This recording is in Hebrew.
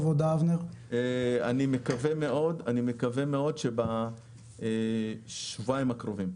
אני מקווה מאוד שזה יהיה בשבועיים הקרובים.